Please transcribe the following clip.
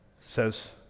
says